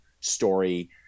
story